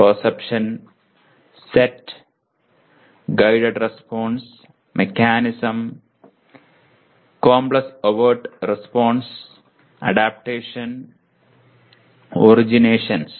perception set guided response mechanism complex overt response adaptation originations